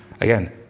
again